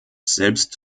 selbst